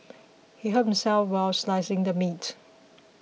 he hurt himself while slicing the meat